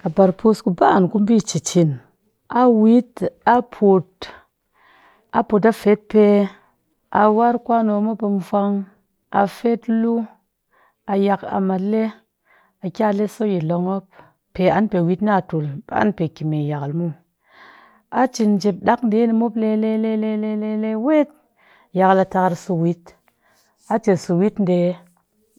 Kat par pus ku ba an ku bi ci cin a wit a put, a put a fet pe a war kwano mop a vwang, a fet lu a yak am ale aki ale so yi long mop pe an pe wit a tul ba an pe ki me yakal mu. A cin jep ɗak ɗe ni mop le le le le le wet yakal a takar so wit a cet so wit ɗe